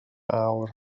awr